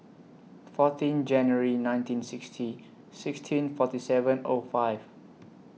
fourteen January nineteen sixty sixteen forty seven O five